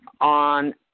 on